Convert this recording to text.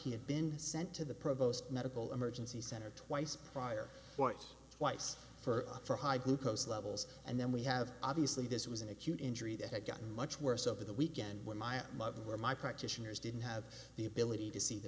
he had been sent to the provost medical emergency center twice prior point twice for for high glucose levels and then we have obviously this was an acute injury that had gotten much worse over the weekend when my mother where my practitioners didn't have the ability to see the